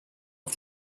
off